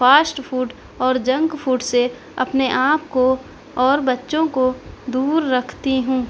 fast food اور junk food سے اپنے آپ کو اور بچوں کو دور رکھتی ہوں